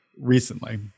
recently